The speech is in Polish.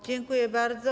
Dziękuję bardzo.